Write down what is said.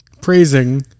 praising